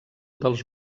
dels